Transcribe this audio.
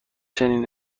چنین